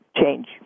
change